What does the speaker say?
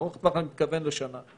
כשאני אומר ארוך טווח, אני מתכוון: לשנה.